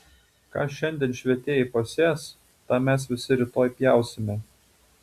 ką šiandien švietėjai pasės tą mes visi rytoj pjausime